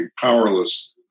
powerless